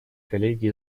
коллеги